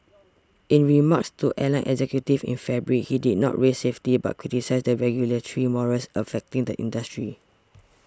in remarks to airline executives in February he did not raise safety but criticised the regulatory morass affecting the industry